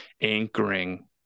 anchoring